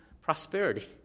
prosperity